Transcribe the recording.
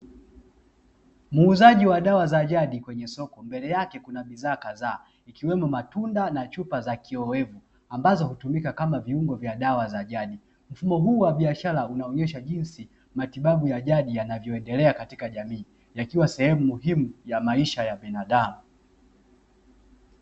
Muujazi wa dawa za jadi kwenye soko mbele yake kuna bidhaa kadhaa ikiwemo matunda na chupa za kioo wevu ambazo hutumika kama kiungo cha dawa za jadi. Mfumo huu wa biashara unaonyesha jinsi matibabu ya jadi yanavyoendelea katika jamii yakiwa sehemu muhimi ya maisha ya binadamu.